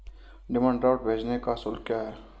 Demand draft भेजने का शुल्क क्या है?